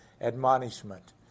admonishment